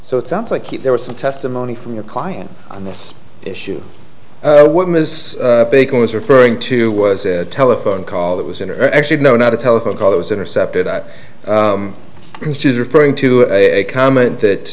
so it sounds like there was some testimony from your client on this issue what ms bacon was referring to was a telephone call that was in her actually no not a telephone call that was intercepted that she was referring to a comment that